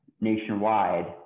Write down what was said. nationwide